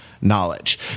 knowledge